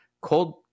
cold